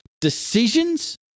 decisions